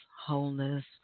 wholeness